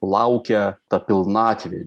laukia ta pilnatvė